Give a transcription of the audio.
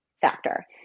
factor